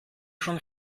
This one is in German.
schon